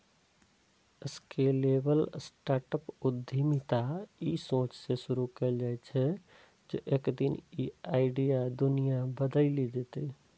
scalable startup उद्यमिता ई सोचसं शुरू कैल जाइ छै, जे एक दिन ई आइडिया दुनिया बदलि देतै